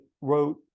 wrote